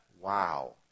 Wow